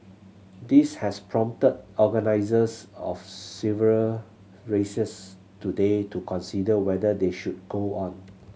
this has prompted organisers of several races today to consider whether they should go on